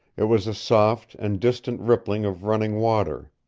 it was a soft and distant rippling of running water.